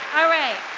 all right,